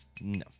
No